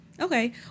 okay